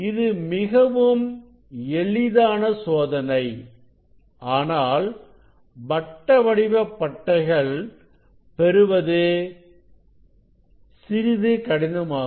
இது மிகவும் எளிதான சோதனை ஆனால் வட்ட வடிவ பட்டைகள் பெறுவது சிறிது கடினமானது